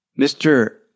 Mr